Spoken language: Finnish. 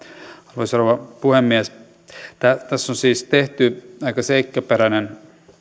arvoisa rouva puhemies tässä on siis tehty aika seikkaperäinen